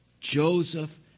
Joseph